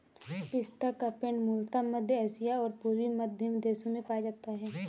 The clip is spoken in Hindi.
पिस्ता का पेड़ मूलतः मध्य एशिया और पूर्वी मध्य देशों में पाया जाता है